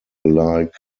alike